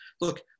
Look